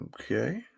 Okay